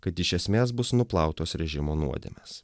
kad iš esmės bus nuplautos režimo nuodėmės